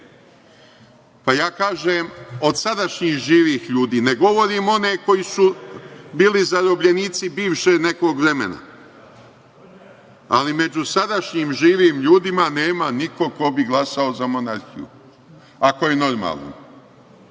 živ.)Ja kažem, od sadašnjih živih ljudi. Ne govorim o onima koji su bili zarobljenici nekog bivšeg vremena. Ali među sadašnjim živim ljudima nema niko ko bi glasao za monarhiju, ako je normalan.